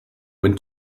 when